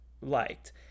liked